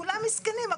כולם מסכנים.